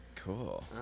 cool